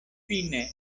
fine